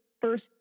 first